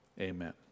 amen